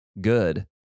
good